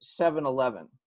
7-Eleven